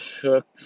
took